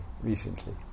recently